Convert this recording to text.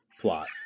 plot